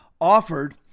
offered